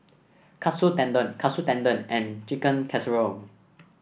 Katsu Tendon Katsu Tendon and Chicken Casserole